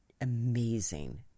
amazing